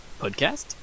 podcast